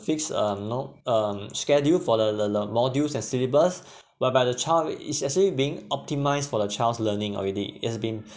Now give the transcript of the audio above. fixed uh you know um schedule for the the the the modules and syllabus whereby the child is actually being optimised for the child's learning already it has been